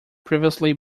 previously